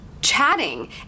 chatting